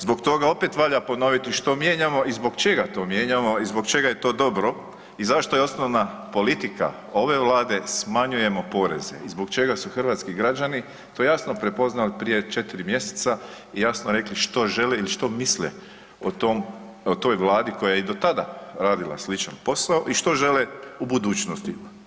Zbog toga opet valja ponositi što mijenjamo i zbog čega to mijenjamo i zbog čega je to dobro i zašto je osnovna politika ove Vlade smanjujemo poreze zbog čega su hrvatski građani to jasno prepoznali prije 4 mj. i jasno rekli što žele i što misle o toj Vladi koja je i do tada radila sličan posao i što žele u budućnosti.